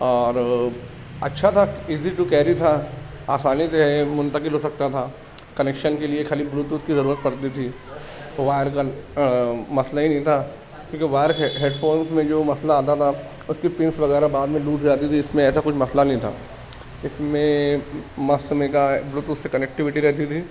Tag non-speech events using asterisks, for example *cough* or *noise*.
اور اچھا تھا ایزی ٹو کیری تھا آسانی سے منتقل ہو سکتا تھا کنیکشن کے لیے خالی بلو ٹوتھ کی ضرورت پڑتی تھی وایر کا مسئلہ ہی نہیں تھا کیونکہ وائر کے ہیڈ فون میں جو مسئلہ آتا تھا اس کی پنس وغیرہ بعد میں لوز ہو جاتی تھیں اس میں ایسا کوئی مسئلہ نہیں تھا اس میں *unintelligible* بلو ٹوتھ سے کنکٹوٹی رہتی تھی